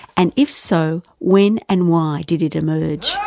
and if so, when and why did it emerge?